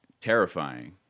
terrifying